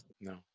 No